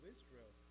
Israel